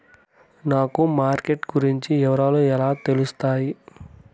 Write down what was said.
నాకు మార్కెట్ గురించి వివరాలు ఎలా తెలుస్తాయి?